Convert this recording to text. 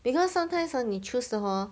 because sometimes hor 你 choose 的 hor